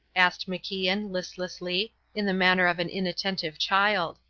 asked macian, listlessly, in the manner of an inattentive child.